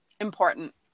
important